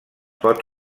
pot